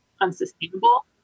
unsustainable